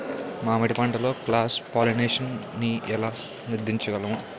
మామిడి పంటలో cross pollination నీ ఏల నీరోధించగలము?